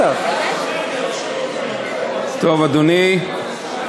נורא ואיום, הוא אומר דברים חסרי תוחלת.